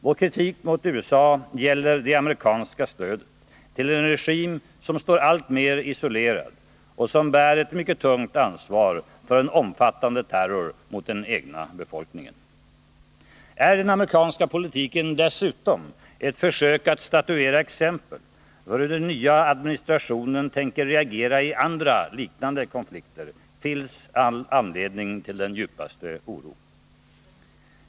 Vår kritik mot USA gäller det amerikanska stödet till en regim som står alltmer isolerad och som bär ett mycket tungt ansvar för en omfattande terror mot den egna befolkningen. Är den amerikanska politiken dessutom ett försök att statuera exempel för hur den nya administrationen tänker reagera i andra liknande konflikter finns all anledning till den djupaste oro.